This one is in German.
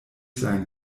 sein